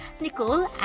Nicole